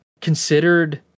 considered